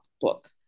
book